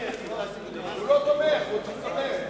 לא תומך, הוא מתחמק.